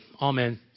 Amen